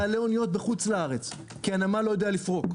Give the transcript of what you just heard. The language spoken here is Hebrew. לבעלי אוניות בחו"ל, כי הנמל לא יודע לפרוק.